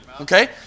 Okay